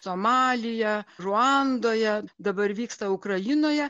somalyje ruandoje dabar vyksta ukrainoje